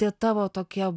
tie tavo tokie